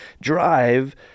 drive